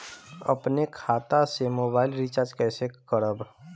अपने खाता से मोबाइल रिचार्ज कैसे करब?